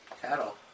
cattle